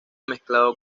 mezclado